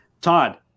Todd